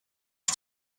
you